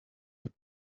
your